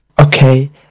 okay